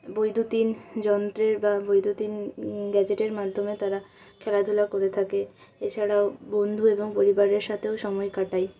বৈদ্যুতিন যন্ত্রের বা বৈদ্যুতিন গ্যাজেটের মাধ্যমে তারা খেলাধুলা করে থাকে এছাড়াও বন্ধু এবং পরিবারের সাথেও সময় কাটায়